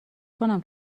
کنم